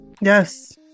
yes